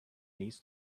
needs